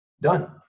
Done